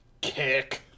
Kick